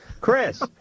Chris